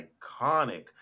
iconic